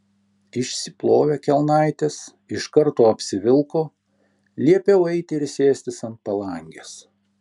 išsiplovė kelnaites iš karto apsivilko liepiau eiti ir sėstis ant palangės